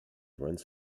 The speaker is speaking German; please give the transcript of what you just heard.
grand